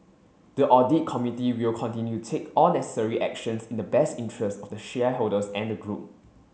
the audit committee will continue to take all necessary actions in the best interests of the shareholders and the group